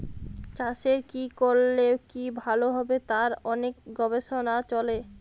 চাষের কি করলে কি ভালো হবে তার অনেক গবেষণা চলে